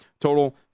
Total